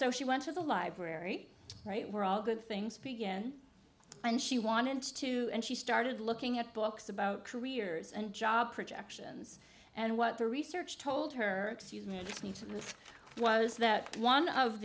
so she went to the library right were all good things begin and she wanted to and she started looking at books about careers and job projections and what the research told her excuse me to was that one of